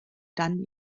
dann